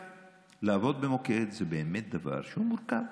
לעבוד במוקד זה באמת דבר שהוא מורכב,